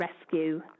rescue